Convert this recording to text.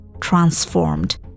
transformed